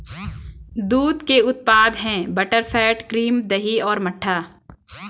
दूध के उत्पाद हैं बटरफैट, क्रीम, दही और मट्ठा